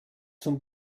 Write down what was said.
zum